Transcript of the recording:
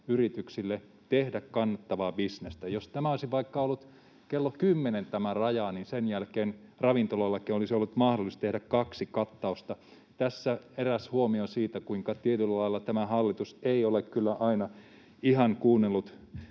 yrityksille tehdä kannattavaa bisnestä. Jos tämä raja olisi ollut vaikka kello kymmenen, niin sen jälkeen ravintoloillakin olisi ollut mahdollista tehdä kaksi kattausta. Tässä eräs huomio siitä, kuinka tietyllä lailla tämä hallitus ei ole kyllä aina ihan kuunnellut